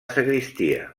sagristia